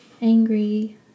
angry